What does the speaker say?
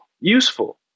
useful